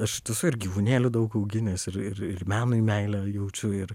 aš ir gyvūnėlių daug auginęs ir ir ir menui meilę jaučiu ir